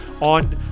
on